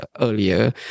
earlier